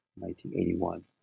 1981